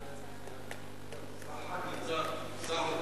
גברתי היושבת-ראש,